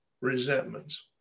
resentments